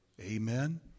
Amen